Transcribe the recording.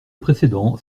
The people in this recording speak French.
précédent